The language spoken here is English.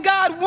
God